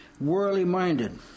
worldly-minded